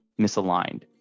misaligned